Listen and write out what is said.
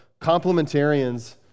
complementarians